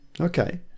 Okay